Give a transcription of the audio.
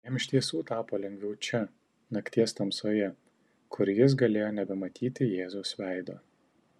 jam iš tiesų tapo lengviau čia nakties tamsoje kur jis galėjo nebematyti jėzaus veido